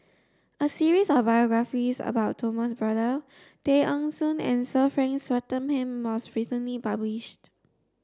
a series of biographies about Thomas Braddell Tay Eng Soon and Sir Frank Swettenham was recently published